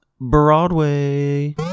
Broadway